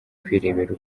kwirebera